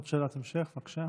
עוד שאלת המשך, בבקשה,